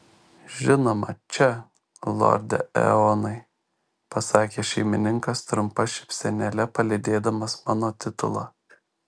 žinoma čia lorde eonai pasakė šeimininkas trumpa šypsenėle palydėdamas mano titulą